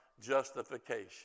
justification